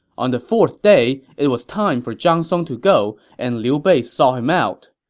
on the fourth day, it was time for zhang song to go, and liu bei saw him out.